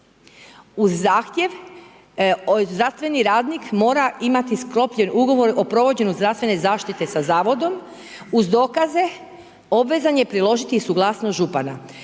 Uz zahtjev zdravstveni radnik mora imati sklopljen ugovor o provođenju zdravstvene zaštite sa zavodom uz dokaze obvezan je priložiti i suglasnost župana.“